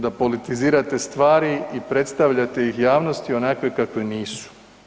Da politizirate stvari i predstavljate ih javnosti onakve kakve nisu.